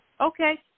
Okay